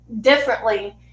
differently